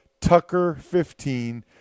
TUCKER15